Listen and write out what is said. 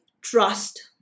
trust